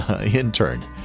intern